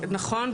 נכון.